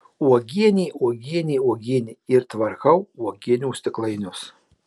uogienė uogienė uogienė ir tvarkau uogienių stiklainius